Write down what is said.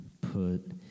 put